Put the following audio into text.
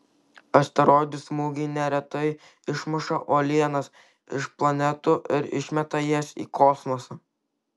asteroidų smūgiai neretai išmuša uolienas iš planetų ir išmeta jas į kosmosą